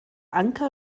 anker